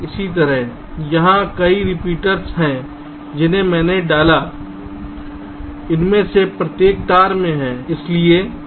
इसी तरह यहां कई रिपीटर्स हैं जिन्हें मैंने डाला इनमें से प्रत्येक तार में है